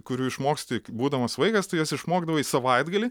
kurių išmoksti būdamas vaikas tu jas išmokdavai savaitgalį